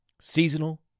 seasonal